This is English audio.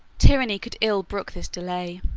tyranny could ill brook this delay.